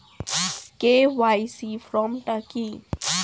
KYC form টা কি?